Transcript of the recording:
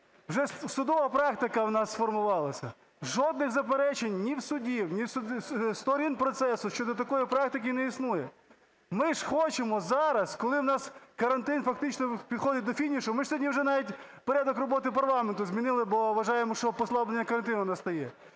вже судова практика у нас сформувалась. Жодних заперечень ні в суддів, ні в сторін процесу щодо такої практики не існує. Ми ж хочемо зараз, коли у нас карантин фактично підходить до фінішу, ми сьогодні вже навіть порядок роботи парламенту змінили, бо вважаємо, що послаблення карантину настає,